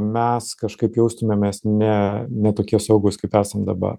mes kažkaip jaustumėmės ne ne tokie saugūs kaip esam dabar